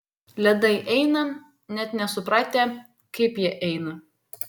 ledai eina net nesupratę kaip jie eina